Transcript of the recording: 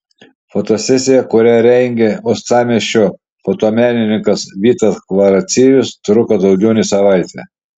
fotosesija kurią rengė uostamiesčio fotomenininkas vytas kvaraciejus truko daugiau nei savaitę